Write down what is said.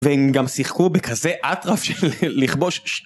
והם גם שיחקו בכזה אטרף של לכבוש ש...